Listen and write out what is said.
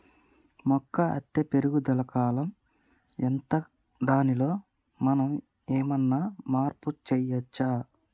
మొక్క అత్తే పెరుగుదల కాలం ఎంత దానిలో మనం ఏమన్నా మార్పు చేయచ్చా?